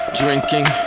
drinking